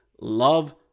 Love